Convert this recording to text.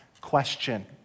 question